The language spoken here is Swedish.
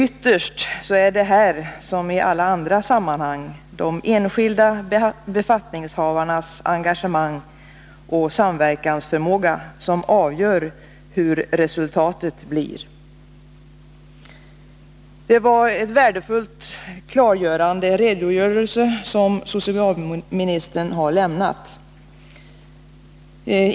Ytterst är det här, som i alla andra sammanhang, de enskilda befattningshavarnas engagemang och samverkansförmåga som avgör hur resultatet blir. Det är en värdefull, klargörande redogörelse som socialministern har lämnat.